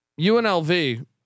UNLV